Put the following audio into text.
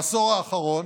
בעשור האחרון